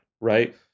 right